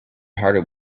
harder